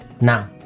Now